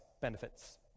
benefits